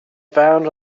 found